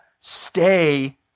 stay